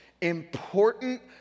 important